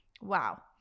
Wow